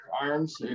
Arms